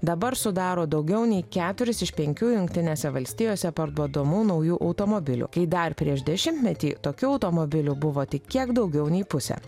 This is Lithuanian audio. dabar sudaro daugiau nei keturis iš penkių jungtinėse valstijose parduodamų naujų automobilių kai dar prieš dešimtmetį tokių automobilių buvo tik kiek daugiau nei pusė